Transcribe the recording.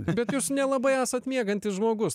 bet jūs nelabai esat miegantis žmogus